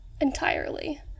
entirely